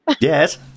Yes